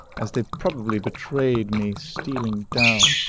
as they probably betrayed me stealing down.